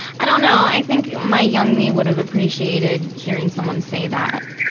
i dunno. i think my young me would have appreciated hearing someone say that.